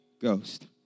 Ghost